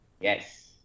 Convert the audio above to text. Yes